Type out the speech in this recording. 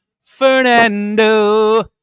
Fernando